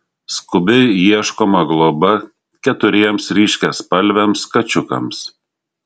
skubiai ieškoma globa keturiems ryškiaspalviams kačiukams